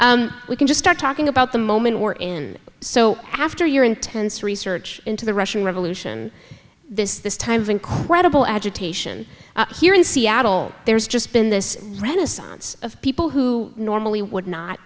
to we can just start talking about the moment we're in so after your intense research into the russian revolution this this time of incredible agitation here in seattle there's just been this renaissance of people who normally would not